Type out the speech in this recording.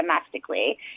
domestically